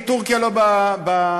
טורקיה לא בעניין,